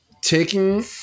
taking